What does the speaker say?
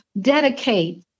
dedicate